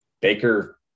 baker